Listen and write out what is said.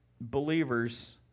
believers